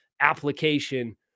application